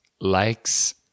Likes